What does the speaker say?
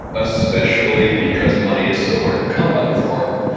especially because money is so hard to come by with farming.